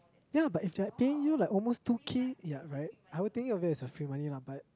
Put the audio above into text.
ya but if they are paying you like almost two K ya right I'll think of it as a free money lah but